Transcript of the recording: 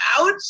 ouch